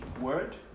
Word